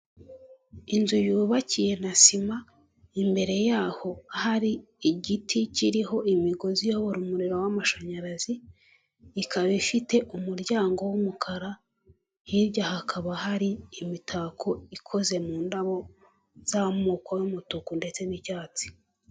Inzu yubakiye na sima, imbere yaho hari igiti kiriho imigozi iyobora umuriro w'amashanyarazi, ikaba ifite umuryango w'umukara, hirya hakaba hari imitako ikoze mu ndabo z'amoko y'umutuku ndetse n'icyatsi.